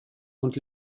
und